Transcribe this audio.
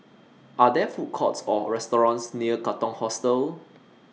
Are There Food Courts Or restaurants near Katong Hostel